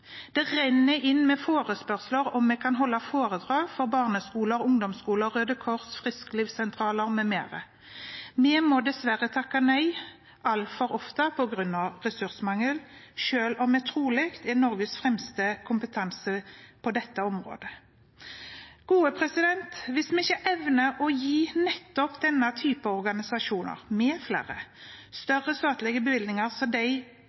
Det renner inn med forespørsler om vi kan holde foredrag for barneskoler, ungdomsskoler, Røde Kors, frisklivssentraler med mer. Vi må dessverre takke nei altfor ofte på grunn av ressursmangel, selv om vi trolig er Norges fremste kompetanse på dette området. Hvis vi ikke evner å gi nettopp denne typen organisasjoner med flere større statlige bevilgninger så de